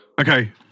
Okay